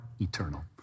Eternal